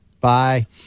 Bye